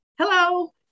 Hello